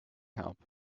help